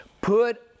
Put